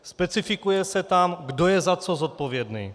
Specifikuje se tam, kdo je za co zodpovědný.